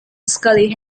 scully